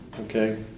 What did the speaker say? Okay